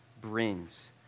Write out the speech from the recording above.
brings